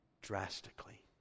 drastically